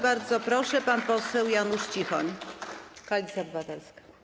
Bardzo proszę, pan poseł Janusz Cichoń, Koalicja Obywatelska.